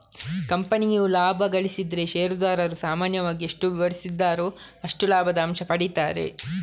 ಕಂಪನಿಯು ಲಾಭ ಗಳಿಸಿದ್ರೆ ಷೇರುದಾರರು ಸಾಮಾನ್ಯವಾಗಿ ಎಷ್ಟು ವಿವರಿಸಿದ್ದಾರೋ ಅಷ್ಟು ಲಾಭದ ಅಂಶ ಪಡೀತಾರೆ